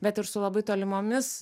bet ir su labai tolimomis